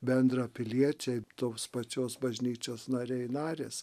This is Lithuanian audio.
bendrapiliečiai tos pačios bažnyčios nariai narės